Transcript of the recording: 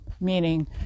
meaning